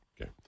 Okay